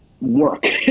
work